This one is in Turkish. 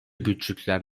güçlükler